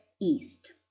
east